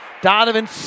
Donovan